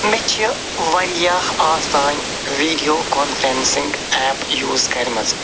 مےٚ چھِ واریاہ آز تام ویٖڈیو کانفرٛٮ۪نسِنٛگ ایپ یوٗز کَرِمَژٕ